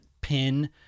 pin